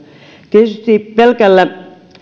tietysti pelkällä